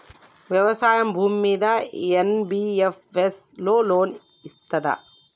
వ్యవసాయం భూమ్మీద NBFS loan ఇస్తదా?